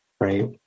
right